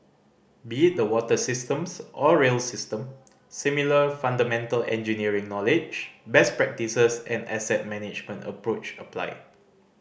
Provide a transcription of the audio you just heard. be it the water systems or rail system similar fundamental engineering knowledge best practises and asset management approach apply